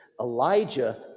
Elijah